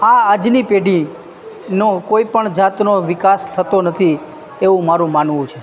આ આજની પેઢીનો કોઈપણ જાતનો વિકાસ થતો નથી એવું મારું માનવું છે